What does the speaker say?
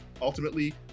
ultimately